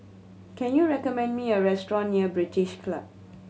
can you recommend me a restaurant near British Club